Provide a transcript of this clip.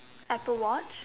apple watch